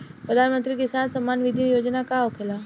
प्रधानमंत्री किसान सम्मान निधि योजना का होखेला?